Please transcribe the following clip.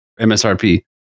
MSRP